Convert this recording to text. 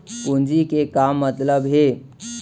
पूंजी के का मतलब हे?